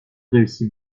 réussit